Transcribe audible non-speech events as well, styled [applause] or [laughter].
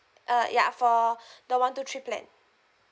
uh ya for [breath] the one two three plan